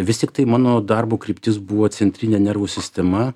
vis tiktai mano darbo kryptis buvo centrinė nervų sistema